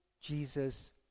Jesus